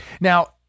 Now